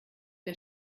der